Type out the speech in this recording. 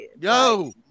Yo